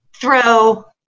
throw